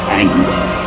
anger